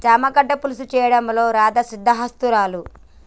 చామ గడ్డల పులుసు చేయడంలో రాధా సిద్దహస్తురాలు